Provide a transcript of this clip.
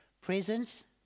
presence